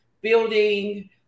building